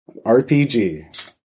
RPG